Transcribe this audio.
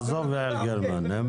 עזוב את יעל גרמן,